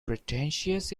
pretentious